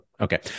okay